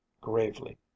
gravely